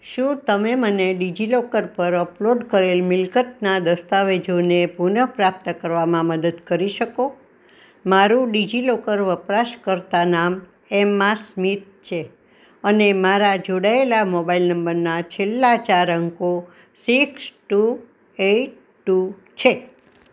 શું તમે મને ડીજીલોકર પર અપલોડ કરેલ મિલકતોના દસ્તાવેજોને પુનઃપ્રાપ્ત કરવામાં મદદ કરી શકો મારું ડીજિલોકર વપરાશકર્તા નામ એમ્મા સ્મીથ છે અને મારા જોડાયેલા મોબાઈલ નંબરના છેલ્લા ચાર અંકો સિક્સ ટુ એટ ટુ છે